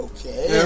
Okay